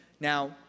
Now